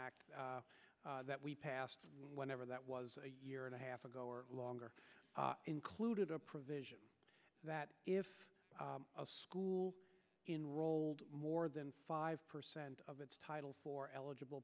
act that we passed whenever that was a year and a half ago or longer included a provision that if a school in rolled more than five percent of its title for eligible